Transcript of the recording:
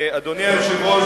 אדוני היושב-ראש,